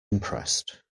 impressed